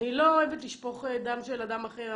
אני לא אוהבת לשפוך דם של אדם אחר,